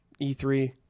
E3